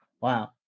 Wow